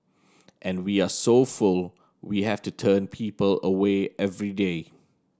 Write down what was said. and we are so full we have to turn people away every day